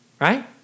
right